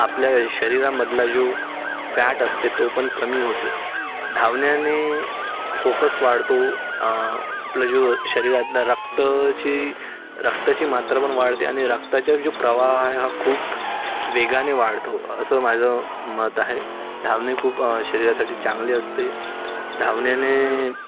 आपल्या शरीरामधला जो फॅट असते तो पण कमी होते धावण्याने फोकस वाढतो आपलं जो शरीरातल्या रक्तची रक्ताची मात्रा पण वाढते आणि रक्ताचा जो प्रवाह आहे हा खूप वेगाने वाढतो असं माझं मत आहे धावणे खूप शरीरासाठी चांगली असते धावण्याने